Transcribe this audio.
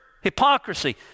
hypocrisy